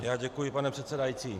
Já děkuji, pane předsedající.